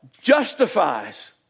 justifies